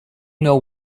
know